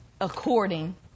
according